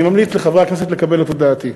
אני ממליץ לחברי הכנסת לקבל את הודעתי.